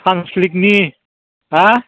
फांस्लिगनि हा